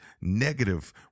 negative